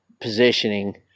positioning